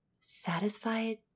Satisfied